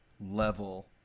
level